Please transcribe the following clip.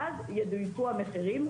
ואז במיקור המחירים,